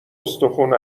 استخون